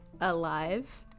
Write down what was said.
alive